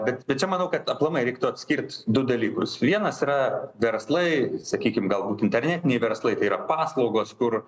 bet čia manau kad aplamai reiktų atskirt du dalykus vienas yra verslai sakykim galbūt internetiniai verslai tai yra paslaugos kur